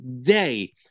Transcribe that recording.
day